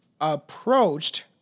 approached